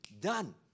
Done